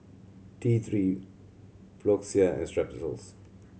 T Three Floxia and Strepsils